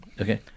okay